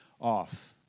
off